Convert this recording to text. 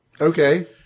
Okay